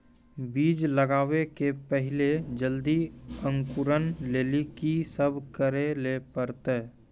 बीज लगावे के पहिले जल्दी अंकुरण लेली की सब करे ले परतै?